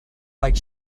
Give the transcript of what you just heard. like